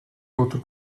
outro